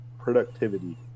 productivity